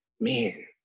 man